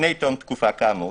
לפני תום התקופה כאמור,